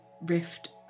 rift